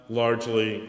largely